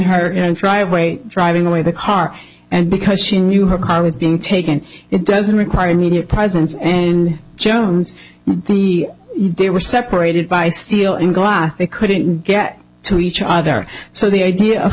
and driveway driving away the car and because she knew her car was being taken it doesn't require immediate presence and jones they were separated by steel and glass they couldn't get to each other so the idea of